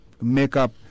makeup